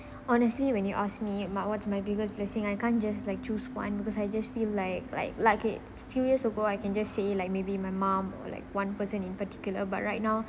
honestly when you ask me mah what's my biggest blessing I can't just like choose one because I just feel like like few years ago I can just say like maybe my mum or like one person in particular but right now